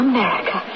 America